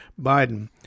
Biden